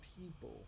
people